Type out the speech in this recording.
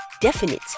definite